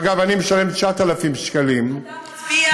אגב, אני משלם 9,000 שקלים, אתה מצביע.